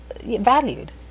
valued